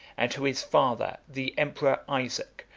and to his father, the emperor isaac,